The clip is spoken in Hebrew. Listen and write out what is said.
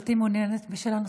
גברתי מעוניינת בשאלה נוספת?